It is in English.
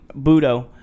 Budo –